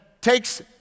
takes